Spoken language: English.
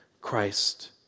Christ